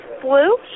blue